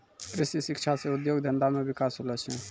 कृषि शिक्षा से उद्योग धंधा मे बिकास होलो छै